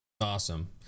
Awesome